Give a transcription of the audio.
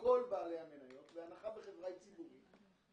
כל בעלי המניות בהנחה שהחברה היא ציבורית.